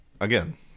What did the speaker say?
again